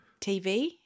TV